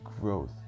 growth